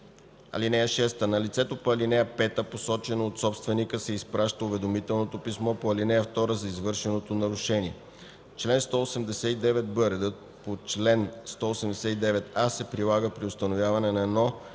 (6) На лицето по ал. 5, посочено от собственика, се изпраща уведомителното писмо по ал. 2 за извършеното нарушение. Чл. 189б. Редът по чл. 189а се прилага при установяване на едно